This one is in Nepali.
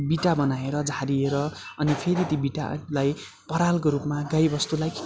बिटा बनाएर झारिएर अनि फेरि ती बिटालाई परालको रुपमा गाईबस्तुलाई